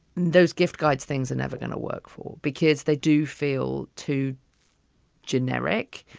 those gift guides, things are never going to work for because they do feel too generic.